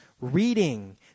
reading